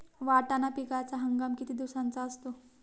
वाटाणा पिकाचा हंगाम किती दिवसांचा असतो?